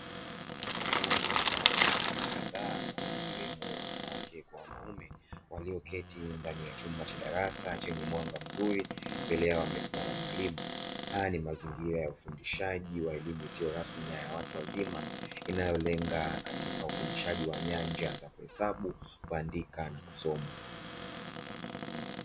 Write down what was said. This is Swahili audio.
Kundi la watu wazima kadhaa wakiemo wanawake kwa wanaume walioketi ndani ya chumba cha darasa chenye mwanga mzuri, mbele yao amesimama mwalimu. Haya ni mazingira ya ufundishaji ya elimu isiyo rasmi ya watu wazima, inayolenga ufundishaji wa nyanja za kuhesabu ,kuandika na kusoma.